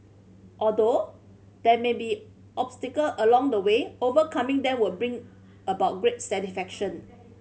although there may be obstacle along the way overcoming them will bring about great satisfaction